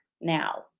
now